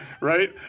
right